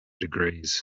degrees